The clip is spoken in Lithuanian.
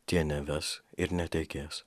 tie neves ir netekės